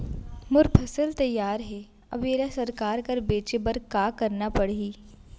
मोर फसल तैयार हे अब येला सरकार करा बेचे बर का करना पड़ही?